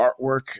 artwork